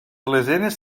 lesenes